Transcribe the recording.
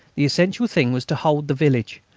the essential thing was to hold the village,